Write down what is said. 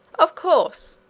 of course,